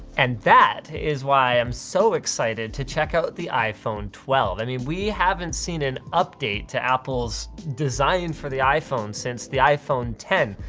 and that is why i'm so excited to check out the iphone twelve. i mean, we haven't seen an update to apple's design for the iphone since the iphone x.